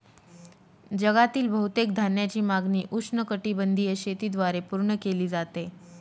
जगातील बहुतेक धान्याची मागणी उष्णकटिबंधीय शेतीद्वारे पूर्ण केली जाते